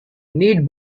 need